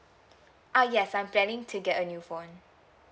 uh yes I'm planning to get a new phone